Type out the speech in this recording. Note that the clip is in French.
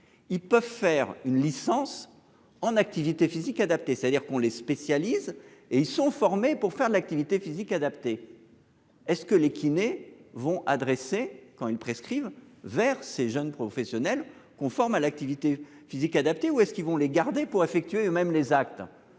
Ils peuvent faire une licence en activité physique adaptée, c'est-à-dire qu'on les spécialistes et ils sont formés pour faire de l'activité physique adaptée. Est-ce que les kinés vont adresser quand ils prescrivent vers ces jeunes professionnels conforme à l'activité physique adaptée ou est-ce qu'ils vont les garder pour effectuer eux-mêmes les actes.